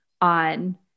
on